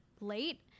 late